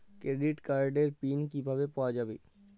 Credit কার্ডের PIN কিভাবে পাওয়া যাবে?